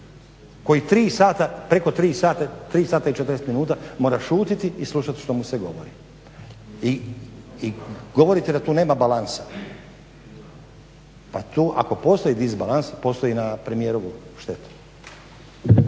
koji preko 3 sata i 40 minuta mora šutiti i slušati što mu se govori. I govorite da tu nema balansa, pa ako postoji disbalans postoji na premijerovu štetu.